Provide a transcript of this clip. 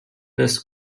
des